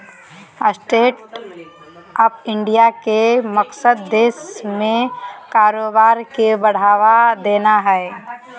stand up India के मकसद देश में कारोबार के बढ़ावा देना हइ